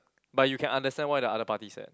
but you can understand why the other party is sad